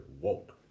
woke